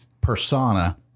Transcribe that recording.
persona